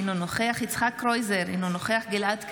אינו נוכח יצחק קרויזר, אינו נוכח גלעד קריב,